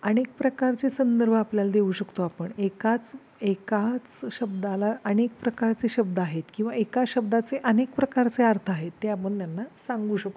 अनेक प्रकारचे संदर्भ आपल्याला देऊ शकतो आपण एकाच एकाच शब्दाला अनेक प्रकारचे शब्द आहेत किंवा एका शब्दाचे अनेक प्रकारचे अर्थ आहेत ते आपण त्यांना सांगू शकतो